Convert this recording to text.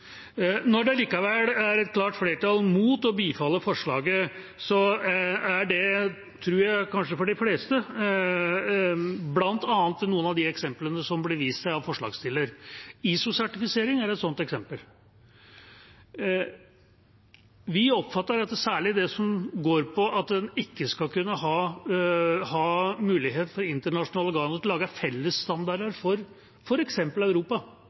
Når det allikevel er klart flertall mot å bifalle forslaget, tror jeg at det for de fleste er ut fra bl.a. noen av de eksemplene det blir vist til av forslagsstillerne. ISO-sertifisering er ett eksempel. Særlig når det gjelder det som går på at det ikke skal kunne være mulighet for internasjonale organer til å lage fellesstandarder for f.eks. Europa